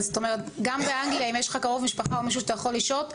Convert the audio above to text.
גם באנגליה אם יש לך קרוב משפחה או מישהו שאתה יכול לשהות,